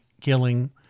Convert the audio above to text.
killing